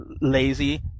lazy